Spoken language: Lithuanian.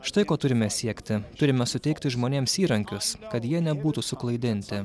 štai ko turime siekti turime suteikti žmonėms įrankius kad jie nebūtų suklaidinti